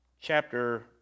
chapter